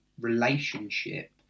relationship